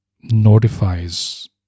notifies